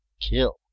Kill